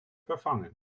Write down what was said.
verfangen